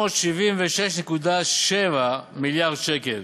376.7 מיליארד שקל.